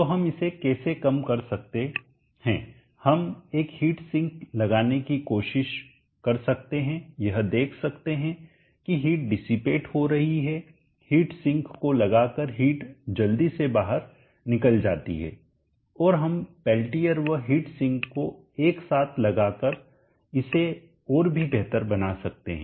तो हम इसे कैसे कम कर सकते हैं हम एक हीट सिंक लगाने की कोशिश कर सकते हैं यह देख सकते हैं कि हीट डिसिपेट हो रही है हीट सिंक को लगाकर हीट जल्दी से बाहर निकल जाती है और हम पेल्टियर व हीट सिंक को एक साथ लगा कर इसे और भी बेहतर बना सकते हैं